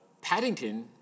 Paddington